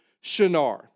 Shinar